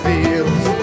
Fields